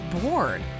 bored